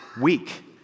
week